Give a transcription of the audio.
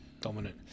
Dominant